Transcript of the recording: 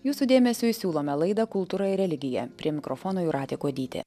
jūsų dėmesiui siūlome laidą kultūra ir religija prie mikrofono jūratė kuodytė